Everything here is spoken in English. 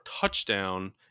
touchdown